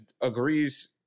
agrees